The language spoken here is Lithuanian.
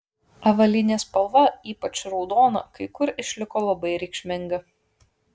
avalynės spalva ypač raudona kai kur išliko labai reikšminga